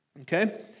Okay